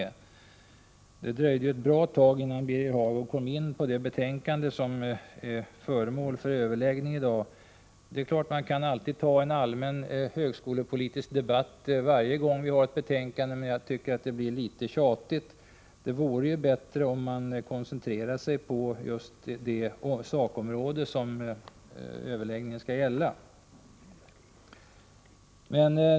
Det dröjde ett bra tag innan Birger Hagård kom in på det betänkande som är föremål för överläggning i dag. Det är klart att man kan föra en allmän högskolepolitisk debatt varje gång vi har att behandla ett betänkande, men jag tycker att det blir litet tjatigt. Det vore bättre om man koncentrerade sig på just det sakområde som överläggningen skall gälla.